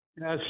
Yes